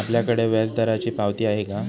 आपल्याकडे व्याजदराची पावती आहे का?